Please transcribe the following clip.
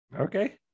Okay